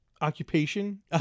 occupation